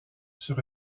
sur